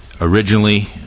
Originally